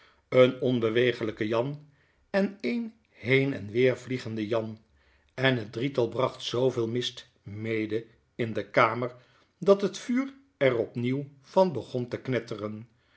een onbewegelyke jan en een heen en weer vliegende jan en het drietal bracht zooveel mist mede in de kamer dat het vuur er opnieuw van begon te knetteren